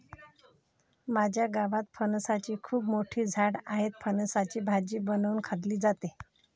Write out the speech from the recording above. माझ्या गावात फणसाची खूप मोठी झाडं आहेत, फणसाची भाजी बनवून खाल्ली जाते